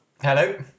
Hello